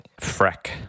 Freck